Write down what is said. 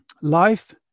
Life